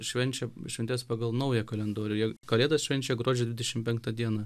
švenčia šventes pagal naują kalendorių jie kalėdas švenčia gruodžio dvidešimt penktą dieną